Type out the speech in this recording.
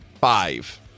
Five